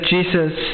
Jesus